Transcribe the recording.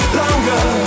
longer